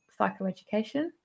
psychoeducation